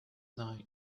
night